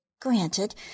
Granted